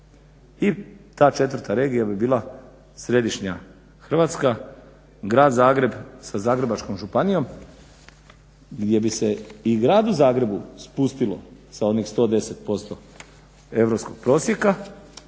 I ta četvrta regija bi bila središnja Hrvatska, grad Zagreb sa Zagrebačkom županijom gdje bi se i gradu Zagrebu spustilo s onih 110% europskog prosjeka.